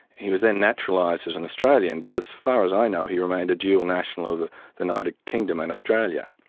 he was then naturalised as an australian, but as far as i know he remained a dual national of the united ah kingdom and australia.